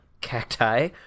cacti